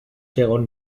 segon